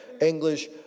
English